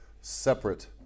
separate